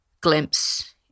glimpse